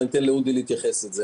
אני אתן לאודי להתייחס לזה.